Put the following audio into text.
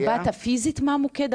אתה באת פיזית מהמוקד?